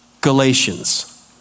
Galatians